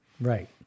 Right